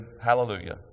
hallelujah